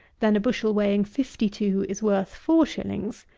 than a bushel weighing fifty-two is worth four shillings,